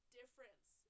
difference